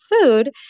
food